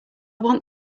want